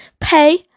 pay